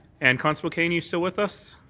and constable king, you still with us?